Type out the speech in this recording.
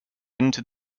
into